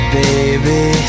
baby